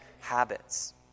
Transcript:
habits